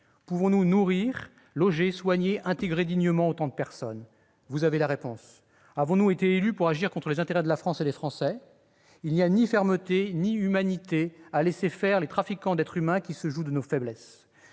Pouvons-nous nourrir, loger, soigner et intégrer dignement autant de personnes ? Vous devinez la réponse ... Avons-nous été élus pour agir contre les intérêts de la France et des Français ? Il n'y a ni fermeté ni humanité à laisser faire les trafiquants d'êtres humains qui se jouent de nos faiblesses